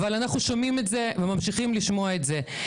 אבל אנחנו שומעים את זה וממשיכים לשמוע את זה.